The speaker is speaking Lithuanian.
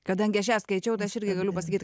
kadangi aš ją skaičiau tai aš irgi galiu pasakyt